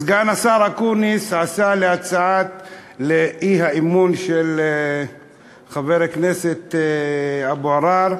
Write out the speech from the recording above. סגן השר אקוניס ענה על הצעת האי-אמון של חבר הכנסת אבו עראר.